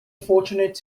fortunate